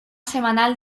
semanal